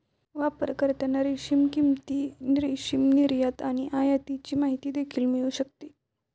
वापरकर्त्यांना रेशीम किंमती, रेशीम निर्यात आणि आयातीची माहिती देखील मिळू शकते